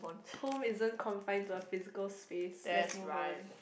home isn't confined to a physical space let's move on